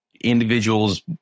individuals